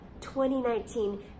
2019